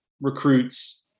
recruits